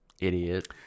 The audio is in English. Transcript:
Idiot